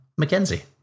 McKenzie